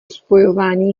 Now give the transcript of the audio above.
spojování